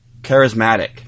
charismatic